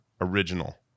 original